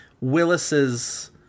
Willis's